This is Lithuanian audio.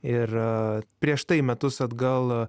ir prieš tai metus atgal